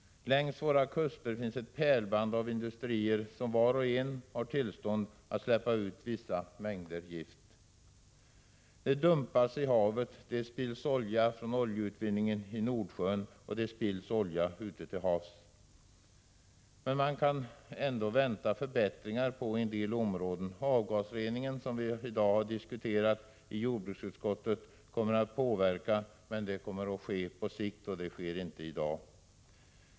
Längs våra kuster finns ett pärlband av industrier som var och en har tillstånd att släppa ut vissa mängder gift. Det dumpas i havet, det spills olja från oljeutvinningen i Nordsjön, och det spills olja ute till havs. Man kan ändå vänta förbättringar på en del områden. Avgasreningen, som vi just i dag diskuterat i jordbruksutskottet, kommer att inverka, men det sker på sikt och inte i dag.